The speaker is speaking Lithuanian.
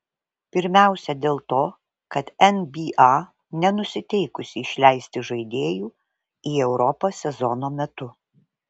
pirmiausia dėl to kad nba nenusiteikusi išleisti žaidėjų į europą sezono metu